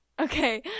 okay